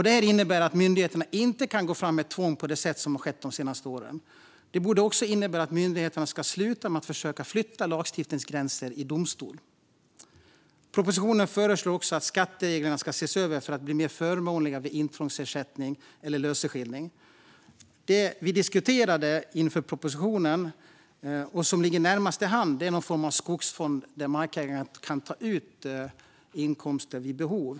Det innebär att myndigheterna inte kan gå fram med tvång på det sätt som har skett under de senaste åren. Det borde också innebära att myndigheterna ska sluta med att försöka flytta lagstiftningsgränser genom domstol. Propositionen föreslår också att skattereglerna ska ses över för att bli mer förmånliga vid intrångsersättning eller löseskilling. Det vi diskuterade inför propositionen och som ligger närmast till hands är någon form av skogsfond där markägaren kan ta ut medel vid behov.